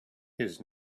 his